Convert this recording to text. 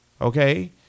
okay